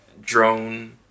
Drone